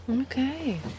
Okay